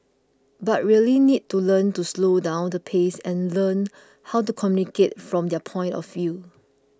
but really need to learn to slow down the pace and learn how to communicate from their point of view